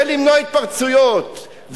ולמנוע התפרצויות,